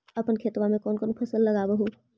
अपन खेतबा मे कौन कौन फसल लगबा हू?